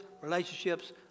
relationships